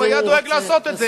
הוא היה דואג לעשות את זה.